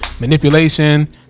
Manipulation